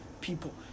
people